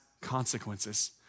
consequences